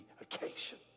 occasion